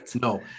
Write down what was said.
No